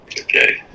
Okay